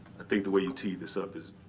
i think the way you teed this up is,